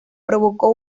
provocó